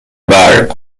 برق